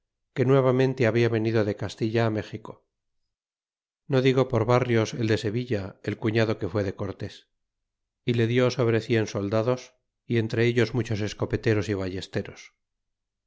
que nuevamente habia venido de castilla á méxico no digo por barrios el de sevilla el cuñado que fue de cortés y le dió sobre cien soldados y entre ellos muchos escopeteros y ballesteros